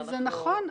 זה נכון,